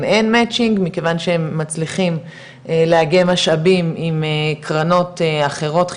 אין מצ'ינג מכיוון שהם מצליחים לאגם משאבים עם קרנות אחרות חיצוניות,